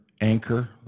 anchor